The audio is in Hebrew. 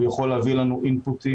הוא יכול להביא לנו אינפוטים.